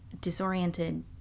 disoriented